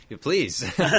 Please